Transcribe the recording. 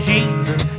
Jesus